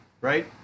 right